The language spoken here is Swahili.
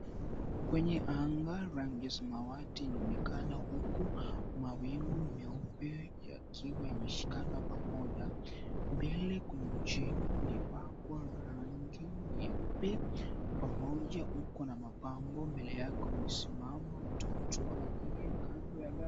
Kwenye anga rangi ya samawati inaonekana huku mawingu meupe yakiwa yameshikana pamoja, mbele kuna mjengo lililopakwa rangi nyeupe pamoja uko na mapambo, mbele yake kumesimama mtoto aliyesimama kando ya gari.